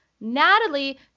Natalie